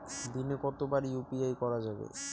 দিনে কতবার ইউ.পি.আই করা যাবে?